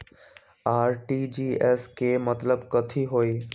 RTGS के मतलब कथी होइ?